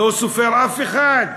לא סופר אף אחד,